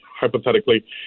hypothetically